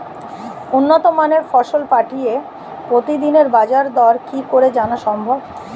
উন্নত মানের ফসল পাঠিয়ে প্রতিদিনের বাজার দর কি করে জানা সম্ভব?